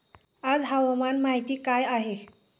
आज हवामान माहिती काय आहे?